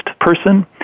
person